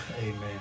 Amen